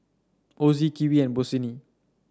Ozi Kiwi and Bossini